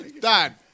Dad